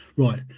Right